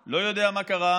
לא יודע מה קרה